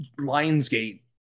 Lionsgate